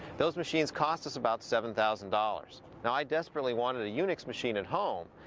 those machines cost us about seven thousand dollars. now i desperately wanted a unix machine at home!